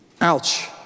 Ouch